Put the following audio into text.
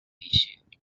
shoot